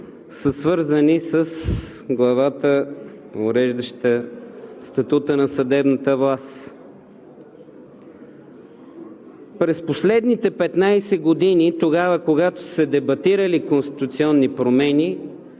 са свързани с главата, уреждаща статута на съдебната власт. През последните 15 години тогава когато са дебатирани конституционни промени,